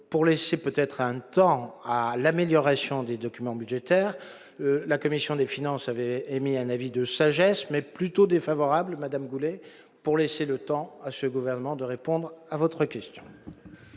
pour laisser peut-être un temps à l'amélioration des documents budgétaires, la commission des finances avait émis un avis de sagesse, mais plutôt défavorable Madame Goulet pour laisser le temps à ce gouvernement de répondre à votre question.